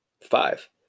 Five